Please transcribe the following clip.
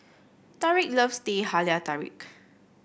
Tarik loves Teh Halia Tarik